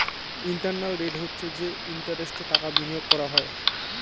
internal rate হচ্ছে যে ইন্টারেস্টে টাকা বিনিয়োগ করা হয়